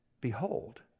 behold